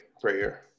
prayer